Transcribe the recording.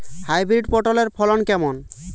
Hybrid পটলের ফলন কেমন?